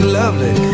lovely